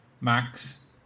Max